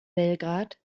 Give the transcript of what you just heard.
belgrad